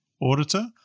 auditor